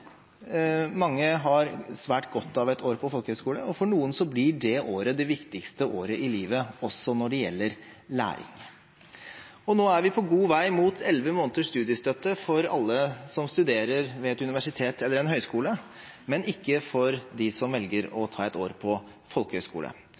Mange har svært godt av et år på folkehøyskole, og for noen blir det året det viktigste i livet, også når det gjelder læring. Nå er vi på god vei mot elleve måneders studiestøtte for alle som studerer ved et universitet eller en høyskole, men ikke for dem som velger å